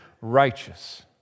righteous